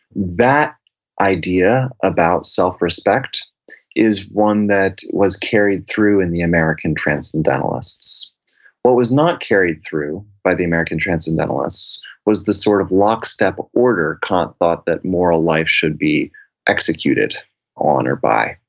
that idea about self-respect is one that was carried through in the american transcendentalists what was not carried through by the american transcendentalists was the sort of lockstep order kant thought that moral life should be executed on or by,